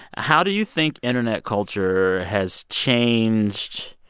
how do you think internet culture has changed